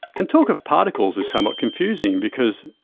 and talk of particles is somewhat confusing, because,